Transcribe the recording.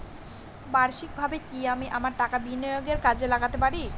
বার্ষিকভাবে কি আমি আমার টাকা বিনিয়োগে কাজে লাগাতে পারি?